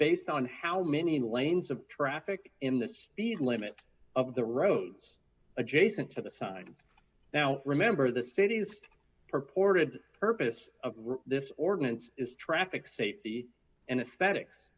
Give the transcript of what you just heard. based on how many lanes of traffic in this these limit of the roads adjacent to the side now remember the city's purported purpose of this ordinance is traffic safety and